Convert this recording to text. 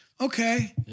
okay